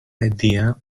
idea